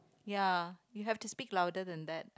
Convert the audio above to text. ya you have to speak louder than that